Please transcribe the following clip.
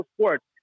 sports